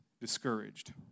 discouraged